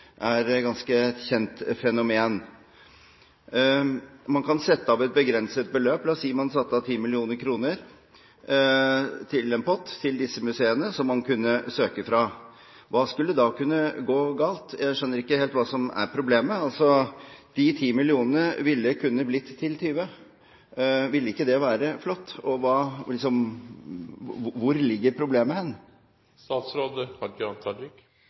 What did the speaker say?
er et ganske kjent fenomen. Man kan sette av et begrenset beløp. La oss si at man satte av 10 mill. kr i en pott som disse museene kunne søke fra. Hva skulle da kunne gå galt? Jeg skjønner ikke helt hva som er problemet. De 10 mill. kr kunne blitt til 20 mill. kr. Ville ikke det vært flott?